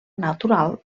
natural